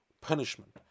punishment